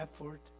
effort